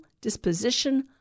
disposition